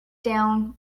down